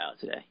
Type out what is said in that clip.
today